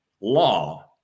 law